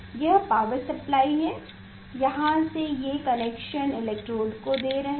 यह power supply है यहां से ये कनेक्शन इलेक्ट्रोड को दे रहे हैं